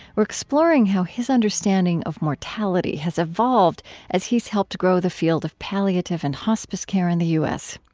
we're exploring how his understanding of mortality has evolved as he's helped grow the field of palliative and hospice care in the u s.